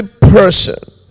person